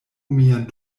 mian